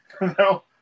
No